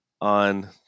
on